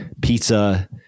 pizza